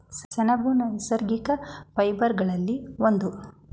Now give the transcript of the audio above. ಸೆಣಬು ನೈಸರ್ಗಿಕ ಫೈಬರ್ ಗಳಲ್ಲಿ ಒಂದು